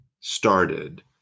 started